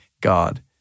God